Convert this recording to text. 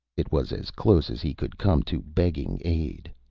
it was as close as he could come to begging aid.